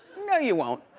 no you won't.